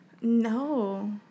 No